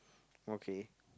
okay